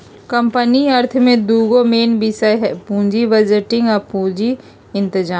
company अर्थ में दूगो मेन विषय हइ पुजी बजटिंग आ पूजी इतजाम